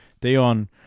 Dion